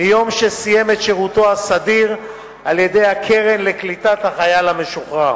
מיום שסיים את שירותו הסדיר על-ידי הקרן לקליטת החייל המשוחרר.